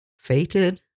fated